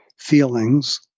feelings